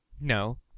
No